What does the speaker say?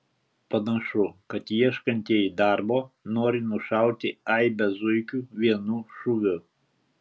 panašu kad ieškantieji darbo nori nušauti aibę zuikių vienu šūviu